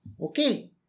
okay